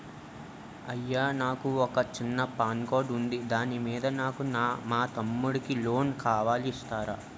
అయ్యా నాకు వొక చిన్న పాన్ షాప్ ఉంది దాని మీద నాకు మా తమ్ముడి కి లోన్ కావాలి ఇస్తారా?